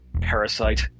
Parasite